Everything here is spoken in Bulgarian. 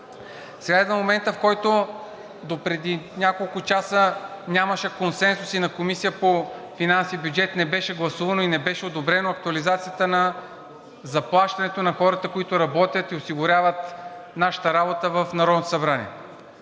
идва моментът, в който допреди няколко часа нямаше консенсус и в Комисията по бюджет и финанси не беше гласувано и не беше одобрена актуализацията на заплащането на хората, които работят и осигуряват нашата работа в Народното събрание.